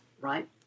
right